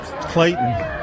Clayton